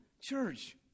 church